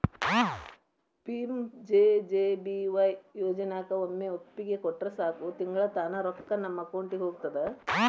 PMJJBY ಯೋಜನಾಕ ಒಮ್ಮೆ ಒಪ್ಪಿಗೆ ಕೊಟ್ರ ಸಾಕು ತಿಂಗಳಾ ತಾನ ರೊಕ್ಕಾ ನಮ್ಮ ಅಕೌಂಟಿದ ಹೋಗ್ತದ